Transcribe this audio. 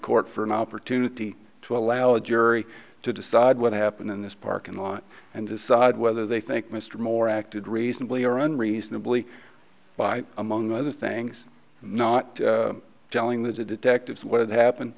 court for an opportunity to allow a jury to decide what happened in this parking lot and decide whether they think mr moore acted reasonably or unreasonably by among other things not jelling the detectives what happened